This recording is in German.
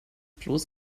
bloß